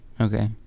okay